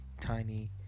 tiny